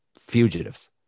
fugitives